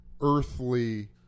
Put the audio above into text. earthly